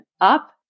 up